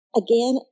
again